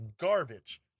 garbage